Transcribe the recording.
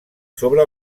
sobre